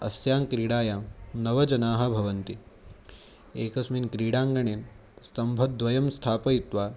तस्यां क्रीडायां नवजनाः भवन्ति एकस्मिन् क्रीडाङ्गणे स्तम्भद्वयं स्थापयित्वा